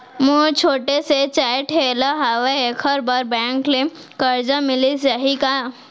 मोर छोटे से चाय ठेला हावे एखर बर बैंक ले करजा मिलिस जाही का?